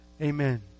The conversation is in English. Amen